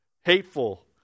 hateful